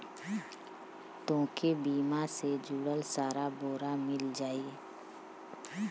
तोके बीमा से जुड़ल सारा ब्योरा मिल जाई